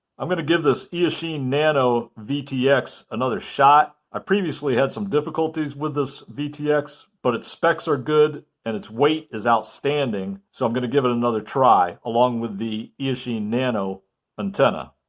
i'm going to give this eachine nano vtx another shot. i previously had some difficulties with this vtx but its specs are good and its weight is outstanding. so i'm going to give it another try along with the eachine nano antenna.